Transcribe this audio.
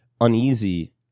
uneasy